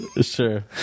Sure